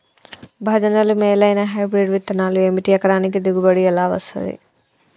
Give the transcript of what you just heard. భజనలు మేలైనా హైబ్రిడ్ విత్తనాలు ఏమిటి? ఎకరానికి దిగుబడి ఎలా వస్తది?